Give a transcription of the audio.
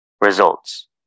Results